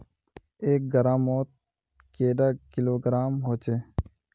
एक ग्राम मौत कैडा किलोग्राम होचे?